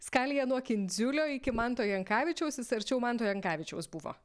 skalėje nuo kindziulio iki manto jankavičiaus jis arčiau manto jankavičiaus buvo